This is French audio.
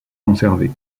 conservé